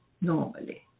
normally